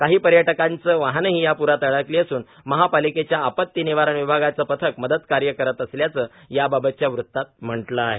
काही पर्यटकांची वाहनंही या प्रात अडकली असून महापालिकेच्या आपत्ती निवारण विभागाचे पथक मदतकार्य करत असल्याचं याबाबतच्या वृतात म्हटलं आहे